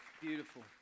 Beautiful